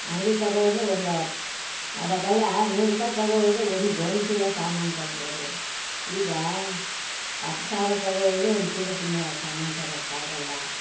ಅಂಗಡಿ ತಗ ಹೋದ್ರೆ ಒಂದು ಹತ್ತು ಅವಾಗೆಲ್ಲ ನೂರು ರೂಪಾಯಿ ತಗೋ ಹೋದ್ರೆ ಒಂದು ಗೋಣಿ ಚೀಲ ಸಾಮಾನು ತರ್ಬೋದು ಈಗ ಹತ್ತು ಸಾವಿರ ತಗೋ ಹೋದ್ರು ಒಂದು ಚೀಲ ತುಂಬ ಸಾಮಾನು ತರೋಕ್ಕಾಗಲ್ಲ